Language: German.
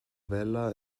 vella